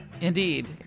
Indeed